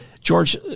George